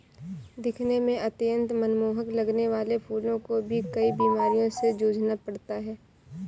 दिखने में अत्यंत मनमोहक लगने वाले फूलों को भी कई बीमारियों से जूझना पड़ता है